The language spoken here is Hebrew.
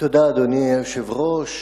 אדוני היושב-ראש,